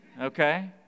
Okay